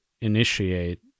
initiate